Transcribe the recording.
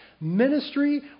Ministry